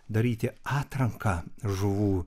daryti atranką žuvų